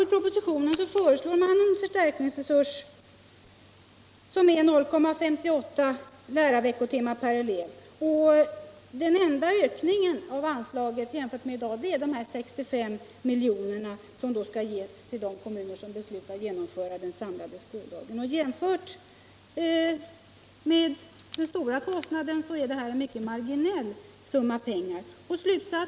I propositionen föreslår man en förstärkningsresurs på 0,58 lärarveckotimmar per elev. Den enda ökningen av anslaget jämfört med i dag är de 65 milj.kr. som skall ges till de kommuner som beslutar genomföra den samlade skoldagen. Jämfört med den stora kostnaden är detta en S1 mycket marginell summa pengar.